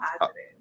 positive